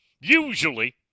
usually